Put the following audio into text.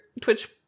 Twitch